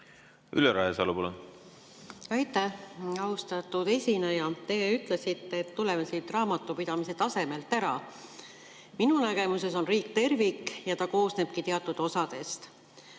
Rajasalu, palun! Aitäh! Austatud esineja! Te ütlesite, et tuleme siit raamatupidamise tasemelt ära. Minu nägemuses on riik tervik ja ta koosnebki teatud osadest.